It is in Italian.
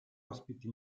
ospiti